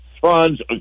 funds